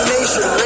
Nation